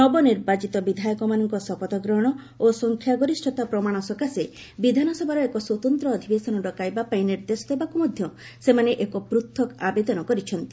ନବନିର୍ବାଚିତ ବିଧାୟକମାନଙ୍କ ଶପଥଗ୍ରହଣ ଓ ସଂଖ୍ୟାଗରିଷ୍ଠତା ପ୍ରମାଣ ସକାଶେ ବିଧାନସଭାର ଏକ ସ୍ୱତନ୍ତ୍ର ଅଧିବେଶନ ଡକାଇବା ପାଇଁ ନିର୍ଦ୍ଦେଶ ଦେବାକୁ ମଧ୍ୟ ସେମାନେ ଏକ ପୃଥକ୍ ଆବେଦନ କରିଛନ୍ତି